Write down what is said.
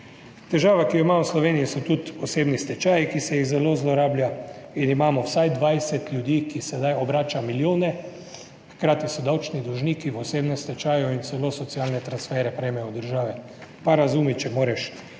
Težava, ki jo imamo v Sloveniji, so tudi osebni stečaji, ki se jih zelo zlorablja. In imamo vsaj 20 ljudi, ki sedaj obračajo milijone, hkrati so davčni dolžniki v osebnem stečaju in celo socialne transfere prejemajo od države. Pa razumi, če moreš.